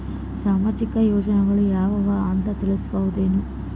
ಸಾಮಾಜಿಕ ಯೋಜನೆಗಳು ಯಾವ ಅವ ಅಂತ ತಿಳಸಬಹುದೇನು?